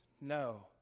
No